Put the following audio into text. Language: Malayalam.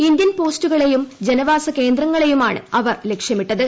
ഇന്ത്യൻ പോസ്റ്റുകളെയും ജനവാസ കേന്ദ്രങ്ങളെയുമാണ് അവർ ലക്ഷ്യമിട്ടത്